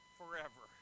forever